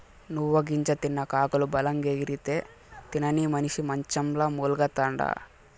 నువ్వు గింజ తిన్న కాకులు బలంగెగిరితే, తినని మనిసి మంచంల మూల్గతండా